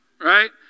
right